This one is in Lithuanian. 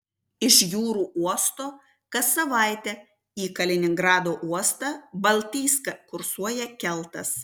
iš jūrų uosto kas savaitę į kaliningrado uostą baltijską kursuoja keltas